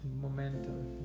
momentum